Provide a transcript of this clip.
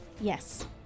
Yes